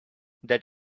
that